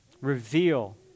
Reveal